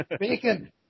bacon